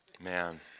Man